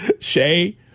Shay